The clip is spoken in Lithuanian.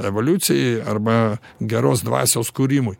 evoliucijai arba geros dvasios kūrimui